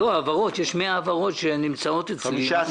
שיש 100 העברות שנמצאות אצלי.